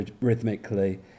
rhythmically